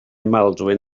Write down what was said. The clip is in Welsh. maldwyn